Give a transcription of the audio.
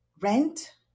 rent